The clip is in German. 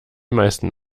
meisten